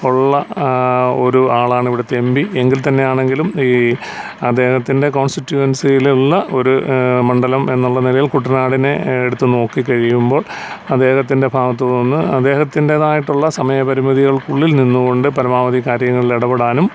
ഉള്ള ഒരു ആളാണ് ഇവിടുത്തെ എം പി എങ്കിൽത്തന്നെ ആണെങ്കിലും ഈ അദ്ധേഹത്തിൻ്റെ കോൺസിസ്റ്റുവൻസിയിലുള്ള ഒരു മണ്ഡലം എന്നുള്ള നിലയിൽ കുട്ടനാടിനെ എടുത്ത് നോക്കിക്കഴിയുമ്പോൾ അദ്ദേഹത്തിൻ്റെ ഭാഗത്തു നിന്ന് അദ്ദേഹത്തിൻ്റേതായിട്ടുള്ള സമയപരിമിധികൾക്കുള്ളിൽ നിന്നുകൊണ്ട് പരമാവധി കാര്യങ്ങളിൽ ഇടപെടാനും